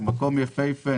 זה מקום יפהפה,